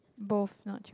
both not chewing